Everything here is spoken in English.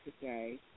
today